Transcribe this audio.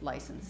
license